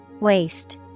waste